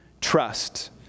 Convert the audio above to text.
trust